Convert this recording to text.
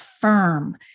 firm